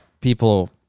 people